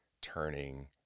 turning